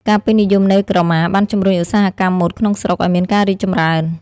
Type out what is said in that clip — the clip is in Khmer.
ការពេញនិយមនៃក្រមាបាន ជំរុញឧស្សាហកម្មម៉ូដក្នុងស្រុក ឲ្យមានការរីកចម្រើន។